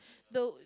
the